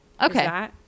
Okay